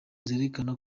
zerekana